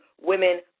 Women